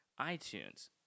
iTunes